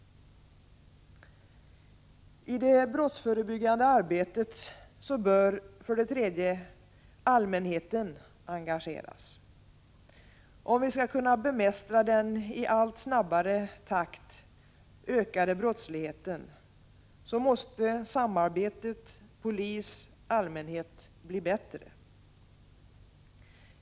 I det brottsförebyggande arbetet bör, för det tredje, allmänheten engageras. Om vi skall kunna bemästra den i allt snabbare takt ökande brottsligheten måste samarbetet polis-allmänhet bli bättre.